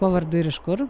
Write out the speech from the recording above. kuo vardu ir iš kur